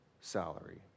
salary